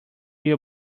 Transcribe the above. your